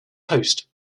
post